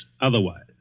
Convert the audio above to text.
otherwise